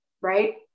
right